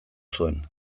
zuen